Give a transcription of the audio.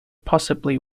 possibly